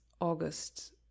August